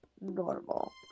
normal